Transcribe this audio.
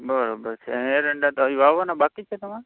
બરાબર છે એરંડા તો હજુ વાવવાના બાકી છે તમારે